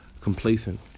complacent